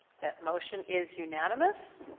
that motion is unanimous.